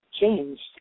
changed